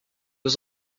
was